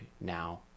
now